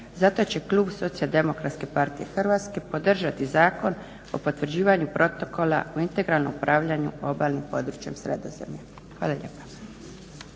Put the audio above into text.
Zato će klub SDP-a podržati Zakon o potvrđivanju Protokola u integralnom upravljanju obalnim područjem Sredozemlja. Hvala lijepa.